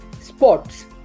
sports